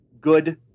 good